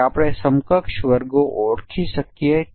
હવે ચાલો બીજો દાખલો જોવાની કોશિશ કરીએ